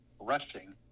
rushing